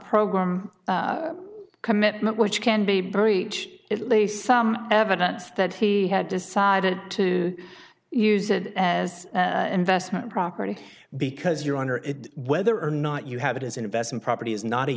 program commitment which can be a breach at least some evidence that he had decided to use it as investment property because you're under it whether or not you have it as an investment property is not a